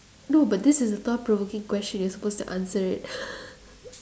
no but this is a thought provoking question you're supposed to answer it